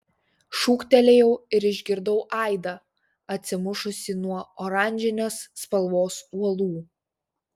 šūktelėjau ir išgirdau aidą atsimušusį nuo oranžinės spalvos uolų